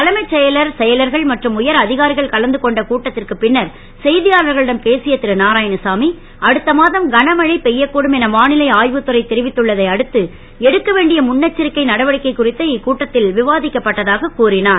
தலைமைச் செயலர் செயலர்கள் மற்றும் உயர் அ காரிகள் கலந்து கொண்ட கூட்டத் ற்கு பின்னர் செ யாளர்களிடம் பேசிய ரு நாராயணசாமி அடுத்த மாதம் கனமழை பெ யக் கூடும் என வா லை ஆ வுத் துறை தெரிவித்துள்ளதை அடுத்து எடுக்க வேண்டிய முன்னெச்சரிக்கை நடவடிக்கை குறித்து இக்கூட்டத் ல் விவா க்கப்பட்டதாக கூறினார்